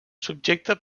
subjecte